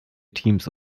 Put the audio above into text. teams